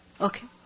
Okay